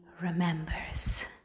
remembers